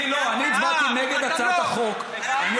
לא, אני הצבעתי נגד הצעת החוק, אה, אתה לא.